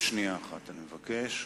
שנייה אחת, אני מבקש.